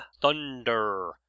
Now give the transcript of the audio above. Thunder